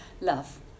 love